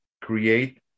create